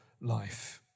life